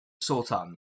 sultan